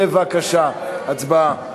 בבקשה, הצבעה.